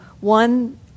one